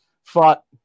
fought